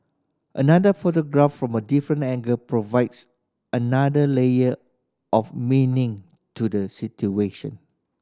another photograph from a different angle provides another layer of meaning to the situation